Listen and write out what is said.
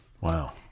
Wow